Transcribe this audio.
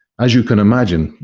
as you can imagine,